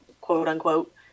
quote-unquote